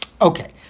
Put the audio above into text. Okay